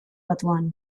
batuan